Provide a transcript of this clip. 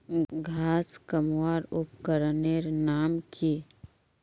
घांस कमवार उपकरनेर नाम की?